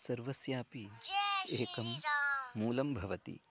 सर्वस्यापि एकं मूलं भवति